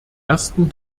ersten